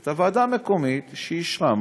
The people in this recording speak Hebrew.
את הוועדה המקומית שאישרה.